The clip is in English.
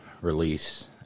release